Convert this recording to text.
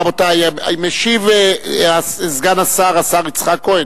רבותי, משיב סגן השר, השר יצחק כהן,